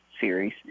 series